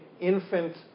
infant